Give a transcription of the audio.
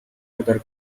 other